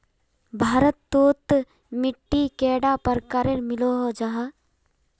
भारत तोत मिट्टी कैडा प्रकारेर मिलोहो जाहा?